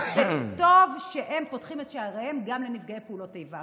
וטוב שהם פותחים את שעריהם גם לנפגעי פעולות איבה,